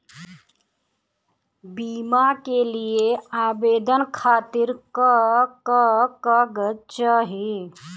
बीमा के लिए आवेदन खातिर का का कागज चाहि?